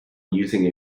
using